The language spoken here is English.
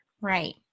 Right